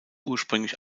ursprünglich